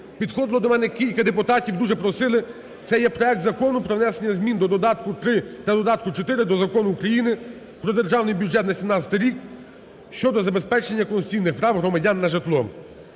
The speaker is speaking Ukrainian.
Підходило до мене кілька депутатів, дуже просили. Це є проект Закону про внесення змін до Додатку № 3 та Додатку № 4 до Закону України про Державний бюджет на 2017 рік" (щодо забезпечення конституційних прав громадян на житло).